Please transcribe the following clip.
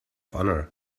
honor